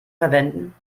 verwenden